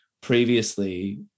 previously